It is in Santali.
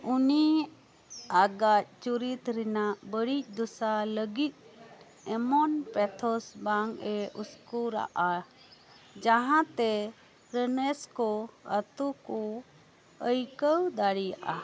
ᱩᱱᱤ ᱟᱜᱟᱡ ᱪᱩᱨᱤᱛ ᱨᱮᱱᱟᱜ ᱵᱟᱹᱲᱤᱡ ᱫᱚᱥᱟ ᱞᱟᱹᱜᱤᱫ ᱮᱢᱚᱱ ᱯᱮᱛᱷᱚᱥ ᱵᱟᱝᱼᱮ ᱩᱥᱠᱩᱨᱟᱜᱼᱟ ᱡᱟᱦᱟᱸ ᱛᱮ ᱨᱮᱱᱮᱥᱠᱚ ᱟᱛᱳ ᱠᱚ ᱟᱭᱠᱟ ᱣ ᱫᱟᱲᱮᱭᱟᱜᱼᱟ